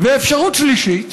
אפשרות שלישית